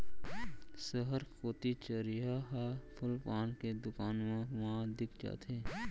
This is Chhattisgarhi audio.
सहर कोती चरिहा ह फूल पान के दुकान मन मा दिख जाथे